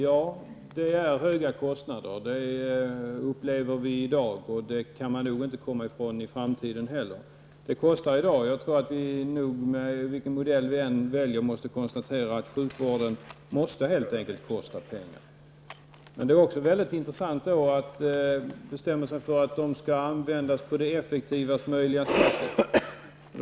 Ja, det är höga kostnader, det upplever vi i dag och kan nog inte komma ifrån i framtiden heller. Vilken modell vi än väljer måste vi konstatera att sjukvården helt enkelt kostar mycket pengar. Men vi måste bestämma oss för att pengarna skall användas på det effektivaste möjliga sättet.